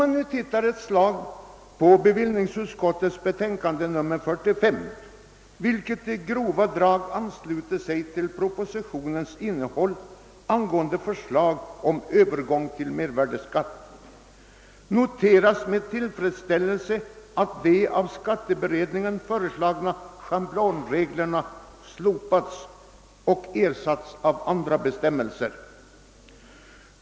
När jag läser bevillningsutskottets betänkande nr 45, vilket i grova drag ansluter sig till propositionens innehåll angående förslag om övergång till mervärdeskatt, noterar jag med tillfredsställelse att de av skatteberedningen föreslagna schablonreglerna slopats och ersatts av andra bestämmelser.